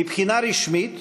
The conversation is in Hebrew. מבחינה רשמית,